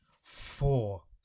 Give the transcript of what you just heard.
Four